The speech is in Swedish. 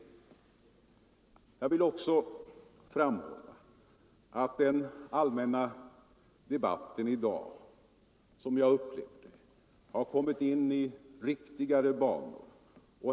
Jag vill också framhålla att den allmänna debatten i dag, som jag upplever det, har kommit in i riktigare banor.